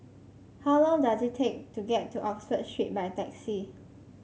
how long does it take to get to Oxford Street by taxi